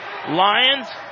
Lions